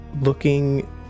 looking